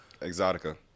Exotica